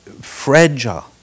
fragile